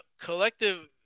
collective